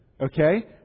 Okay